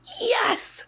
Yes